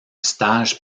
stage